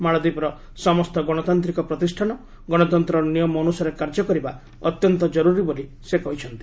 ମାଳଦ୍ଧୀପରେ ସମସ୍ତ ଗଣତାନ୍ତ୍ରିକ ପ୍ରତିଷାନ ଗଣତନ୍ତ୍ରର ନିୟମ ଅନୁସାରେ କାର୍ଯ୍ୟ କରିବା ଅତ୍ୟନ୍ତ ଜରୁରୀ ବୋଲି ସେ କହିଛନ୍ତି